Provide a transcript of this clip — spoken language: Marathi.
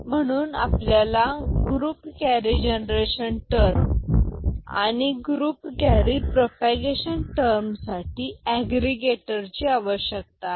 म्हणून आपल्याला ग्रुप कॅरी जनरेशन टर्म आणि ग्रुप कॅरी प्रोपागेशन टर्मसाठी एग्रीगेटर ची आवश्यकता आहे